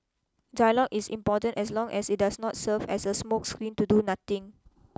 dialogue is important as long as it does not serve as a smokescreen to do nothing